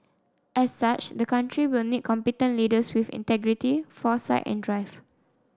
as such the country will need competent leaders with integrity foresight and drive